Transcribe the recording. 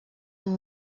amb